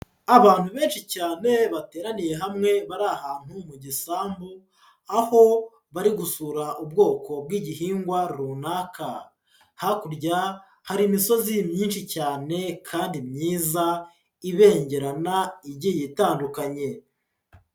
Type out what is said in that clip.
Abantu benshi cyane bateraniye hamwe bari ahantu mu gisambu, aho bari gusura ubwoko bw'igihingwa runaka, hakurya hari imisozi myinshi cyane kandi myiza ibengerana igiye itandukanye.